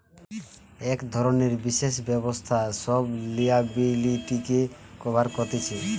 এক ধরণের বিশেষ ব্যবস্থা সব লিয়াবিলিটিকে কভার কতিছে